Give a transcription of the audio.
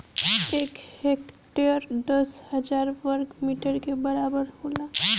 एक हेक्टेयर दस हजार वर्ग मीटर के बराबर होला